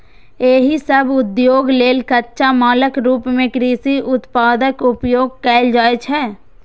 एहि सभ उद्योग लेल कच्चा मालक रूप मे कृषि उत्पादक उपयोग कैल जाइ छै